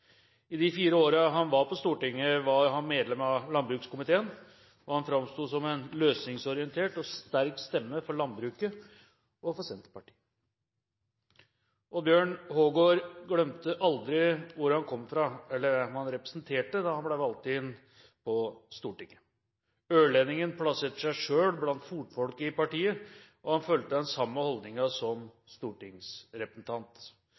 I de fire årene han var på Stortinget, var han medlem av landbrukskomiteen. Han framsto som en løsningsorientert og sterk stemme for landbruket og for Senterpartiet. Oddbjørn Hågård glemte aldri hvor han kom fra eller hvem han representerte da han ble valgt inn på Stortinget. Ørlendingen plasserte seg selv blant fotfolket i partiet, og han fulgte den samme